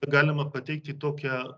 galima pateikti tokią